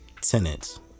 tenants